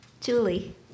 Julie